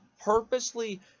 purposely